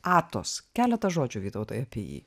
atos keletą žodžių vytautai apie jį